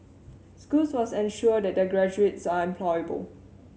schools must ensure that their graduates are employable